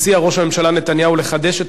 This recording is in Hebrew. מציע ראש הממשלה נתניהו לחדש את